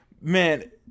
Man